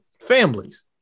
families